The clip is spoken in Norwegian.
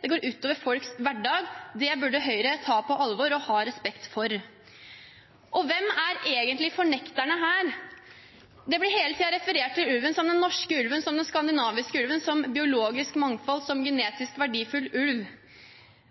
det går ut over folks hverdag. Det burde Høyre ta på alvor og ha respekt for. Hvem er egentlig fornekterne her? Det blir hele tiden referert til ulven som den norske ulven, som den skandinaviske ulven, som biologisk mangfold, som genetisk verdifull ulv.